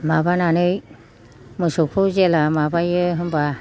माबानानै मोसौखौ जेब्ला माबायो होनबा